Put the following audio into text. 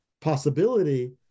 possibility